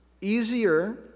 easier